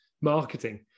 marketing